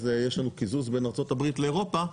אז יש לנו קיזוז בין ארצות הברית לאירופה,